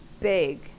big